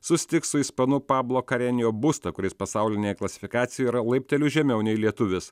susitiks su ispanu pablo karenijo busta kuris pasaulinėje klasifikacijoj yra laipteliu žemiau nei lietuvis